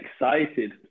excited